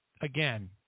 again